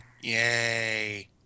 Yay